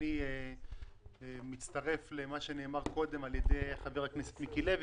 אני מצטרף אל מה שנאמר קודם על ידי חבר הכנסת מיקי לוי,